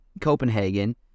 Copenhagen